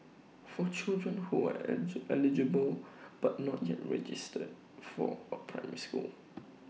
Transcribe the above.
for children who are eligible but not yet registered for A primary school